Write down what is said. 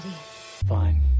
Fine